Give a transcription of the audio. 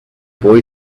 boy